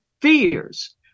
fears